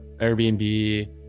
airbnb